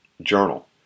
journal